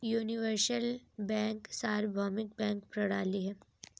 universal bank सार्वभौमिक bank प्रणाली है